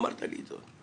אמרת לי את זה.